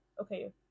okay